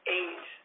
eight